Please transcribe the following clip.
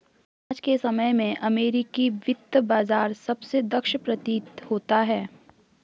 आज के समय में अमेरिकी वित्त बाजार सबसे दक्ष प्रतीत होता है